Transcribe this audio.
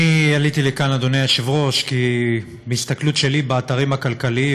אני עליתי לכאן כי מהסתכלות שלי באתרים הכלכליים